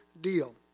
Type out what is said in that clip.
deal